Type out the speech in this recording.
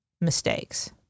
mistakes